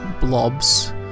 blobs